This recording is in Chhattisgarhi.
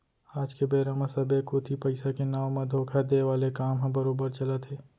आज के बेरा म सबे कोती पइसा के नांव म धोखा देय वाले काम ह बरोबर चलत हे